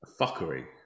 fuckery